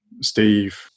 steve